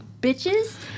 bitches